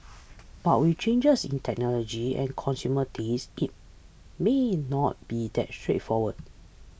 but with changes in technology and consumer tastes it may not be that straightforward